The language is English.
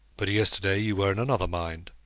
but yesterday you were in another mind.